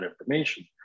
information